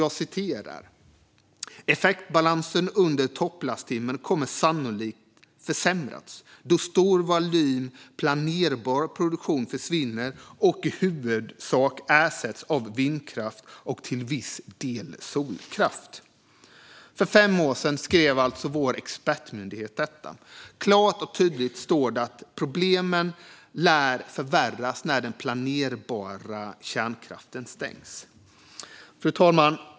Jag citerar: "Effektbalansen under topplasttimmen kommer sannolikt försämrats, då stor volym planerbar produktion försvinner och i huvudsak ersatts av vindkraft och till viss del solkraft." För fem år sedan skrev alltså vår expertmyndighet detta. Klart och tydligt står det att problemen lär förvärras när den planerbara kärnkraften stängs. Fru talman!